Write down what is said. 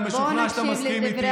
אני משוכנע שאתה מסכים איתי,